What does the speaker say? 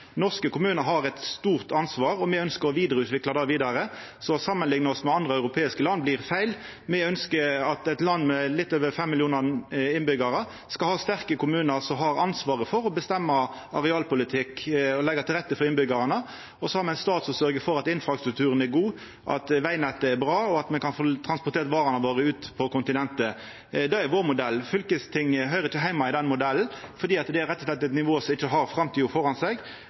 Norske kommunar har eit stort ansvar, og me ønskjer å utvikla det vidare, så å samanlikna oss med andre europeiske land blir feil. Me ønskjer at eit land med litt over fem millionar innbyggjarar skal ha sterke kommunar som har ansvaret for å bestemma arealpolitikk og leggja til rette for innbyggjarane, og så har me ein stat som sørgjer for at infrastrukturen er god, at vegnettet er bra, og at me kan få transportert varene våre ut på kontinentet. Det er vår modell. Fylkestinget høyrer ikkje heime i den modellen, fordi det rett og slett er eit nivå som ikkje har framtida føre seg. Derfor er me glade for